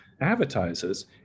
advertisers